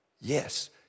yes